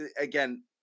again